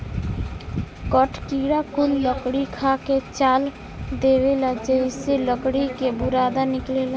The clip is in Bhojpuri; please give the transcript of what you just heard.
कठ किड़ा कुल लकड़ी खा के चाल देवेला जेइसे लकड़ी के बुरादा निकलेला